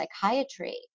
psychiatry